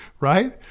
right